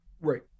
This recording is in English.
Right